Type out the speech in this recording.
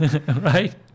Right